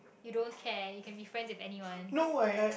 you don't care you can be friend with anyone